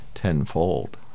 tenfold